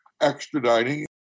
extraditing